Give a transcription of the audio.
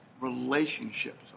relationships